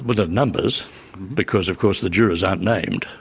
but ah numbers because of course the jurors aren't named,